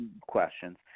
questions